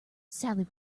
sally